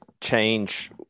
change